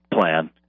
plan